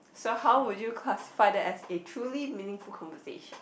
so how would you classify that as a truly meaningful conversation